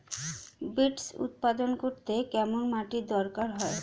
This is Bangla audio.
বিটস্ উৎপাদন করতে কেরম মাটির দরকার হয়?